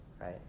right